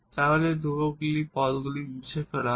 তাহলে এই ধ্রুবক টার্মগুলি মুছে ফেলা হবে